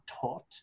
taught